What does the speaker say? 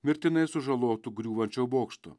mirtinai sužalotų griūvančio bokšto